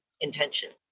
intention